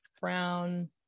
brown